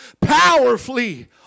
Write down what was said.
powerfully